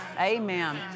Amen